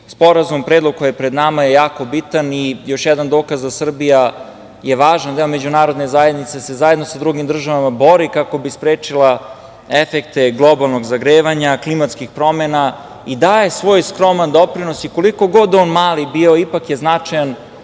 sporazum koji je pred nama je jako bitan i još jedan dokaz da je Srbija važan deo Međunarodne zajednice, da se zajedno da drugim državama bori kako bi sprečila efekte globalnog zagrevanja, klimatskih promena i daje svoj skroman doprinos i koliko god on mali bio, ipak je značajan